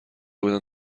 بودن